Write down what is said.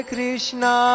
Krishna